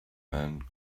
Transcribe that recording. men